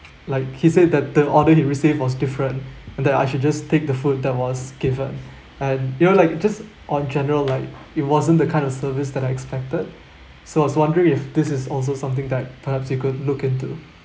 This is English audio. like he said that the order he received was different and that I should just take the food that was given and you know like just on general like it wasn't the kind of service that I expected so I was wondering if this is also something that perhaps you could look into